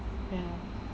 ya